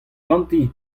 ganti